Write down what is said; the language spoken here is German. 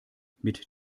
mit